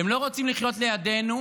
הם לא רוצים לחיות לידינו,